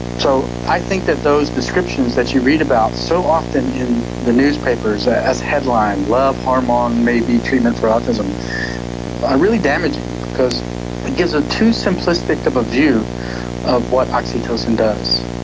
so i think that those descriptions that you read about so often in the newspapers as headline love hormone may be treatment for autism are really damaging because it gives too simplistic a view of what oxytocin does.